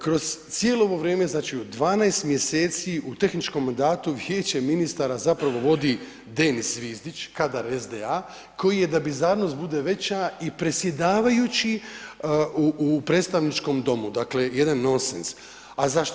Kroz cijelo ovo vrijeme, znači u 12. mj. u tehničkom mandatu Vijeće ministara zapravo vodi Denis Zvizdić, kadar SDA koji je da bi zanos bude veći i predsjedavajući u predstavničkom domu, dakle jedan nonsens a zašto?